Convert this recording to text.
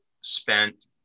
spent